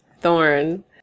thorn